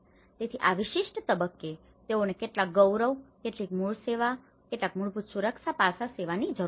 તેથી આ વિશિષ્ટ તબક્કે તેઓને કેટલાક ગૌરવ કેટલીક મૂળ સેવાઓ કેટલાક મૂળભૂત સુરક્ષા પાસા સાથે સેવા આપવાની જરૂર છે